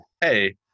hey